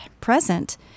present